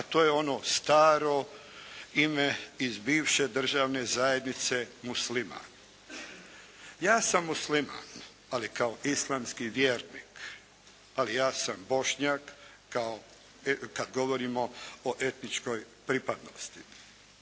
a to je ono staro ime iz bivše državne zajednice Musliman. Ja sam Musliman ali kao islamski vjernik. Ali ja sam Bošnjak kao, kad govorimo o etničkoj pripadnosti.